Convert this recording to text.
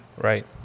right